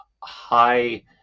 high